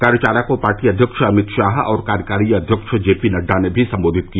कार्यशाला को पार्टी अध्यक्ष अमित शाह और कार्यकारी अध्यक्ष जेपी नड्डा ने भी संबोधित किया